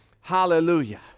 Hallelujah